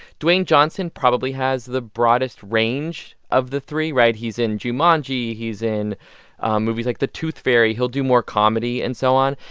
dwayne johnson probably has the broadest range of the three, right? he's in jumanji. he's in movies like the tooth fairy. he'll do more comedy, and so on.